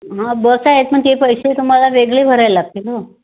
हां बस आहेत पण ते पैसे तुम्हाला वेगळे भरायला लागतील हो